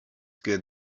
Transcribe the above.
good